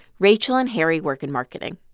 rachel and harry work in marketing